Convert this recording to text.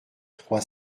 trois